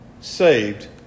saved